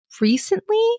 recently